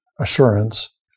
assurance